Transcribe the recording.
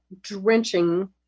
drenching